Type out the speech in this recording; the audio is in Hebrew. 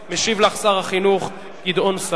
משיב לך שר החינוך גדעון סער.